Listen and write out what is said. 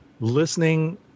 listening